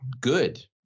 good